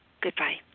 Goodbye